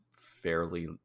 fairly